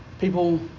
People